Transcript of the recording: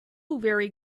very